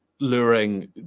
luring